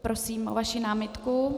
Prosím o vaši námitku.